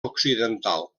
occidental